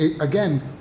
again